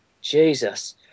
Jesus